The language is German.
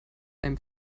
einem